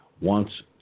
wants